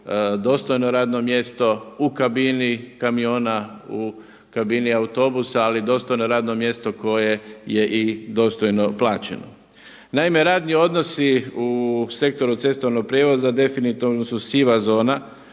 dostojno radno mjesto u kabini kamiona, u kabini autobusa ali dostojno radno mjesto koje je i dostojno plaćeno. Naime, radni odnosi u sektoru cestovnog prijevoza definitivno su siva zona,